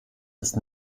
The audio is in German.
ist